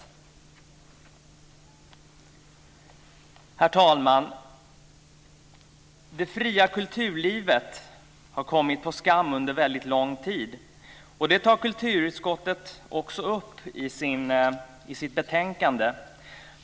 Herr talman! Det fria kulturlivet har kommit på skam under en väldigt lång tid. Det tar kulturutskottet upp i sitt betänkande.